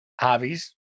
hobbies